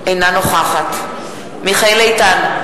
אינה נוכחת מיכאל איתן,